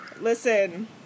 listen